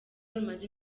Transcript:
rumaze